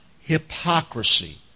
hypocrisy